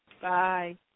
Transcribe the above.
Bye